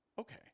okay